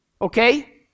Okay